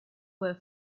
were